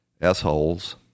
assholes